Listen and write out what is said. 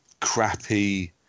crappy